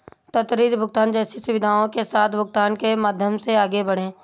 त्वरित भुगतान जैसी सुविधाओं के साथ भुगतानों के माध्यम से आगे बढ़ें